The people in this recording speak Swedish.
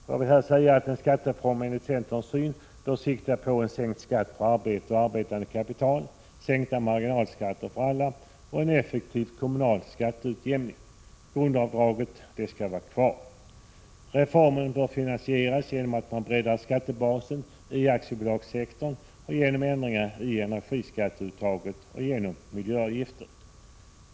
Enligt centern bör en skattereform sikta på en sänkt skatt på arbete och arbetande kapital, sänkta marginalskatter för alla och en effektiv kommunal skatteutjämning. Grundavdraget skall vara kvar. Reformen bör finansieras dels genom att man breddar skattebasen i företagssektorn och gör förändringar i energiskatteut taget, dels genom miljöavgifter.